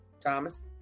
Thomas